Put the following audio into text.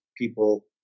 people